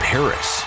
Paris